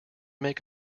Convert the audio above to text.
make